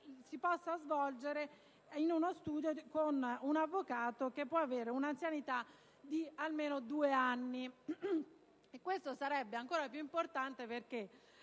si possa svolgere nello studio di un avvocato che abbia un'anzianità di almeno due anni. Ciò sarebbe ancor più importante perché